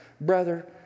brother